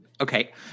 okay